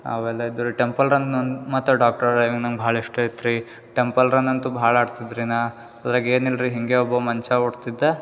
ಅವೆಲ್ಲ ಇದ್ವು ರೀ ಟೆಂಪಲ್ ರನ್ ಮತ್ತು ಡಾಕ್ಟರ್ ಡ್ರೈವಿಂಗ್ ನಂಗೆ ಭಾಳ ಇಷ್ಟ ಇತ್ತು ರೀ ಟೆಂಪಲ್ ರನ್ ಅಂತೂ ಭಾಳ ಆಡ್ತಿದ್ದೆ ರೀ ನಾ ಅದ್ರಾಗೆ ಏನಿಲ್ರಿ ಹಿಂಗೆ ಒಬ್ಬ ಮನ್ಷ ಓಡ್ತಿದ್ದ